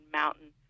mountain